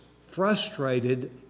frustrated